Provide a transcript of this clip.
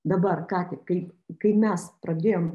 dabar ką tik kaip kai mes pradėjom